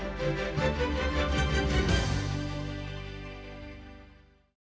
Дякую,